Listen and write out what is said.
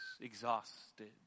exhausted